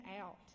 out